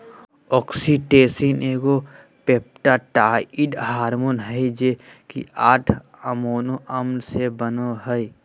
oxytocin एगो peptide hormone हइ जे कि आठ अमोनो अम्ल से बनो हइ